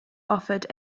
offered